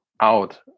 out